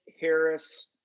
Harris